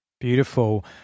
beautiful